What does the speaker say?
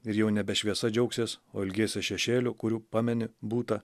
ir jau nebe šviesa džiaugsies o ilgėsies šešėlių kurių pameni būta